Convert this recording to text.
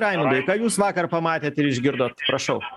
raimundai ką jūs vakar pamatėt ir išgirdot prašau